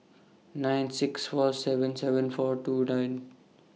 nine six four seven seven four two nine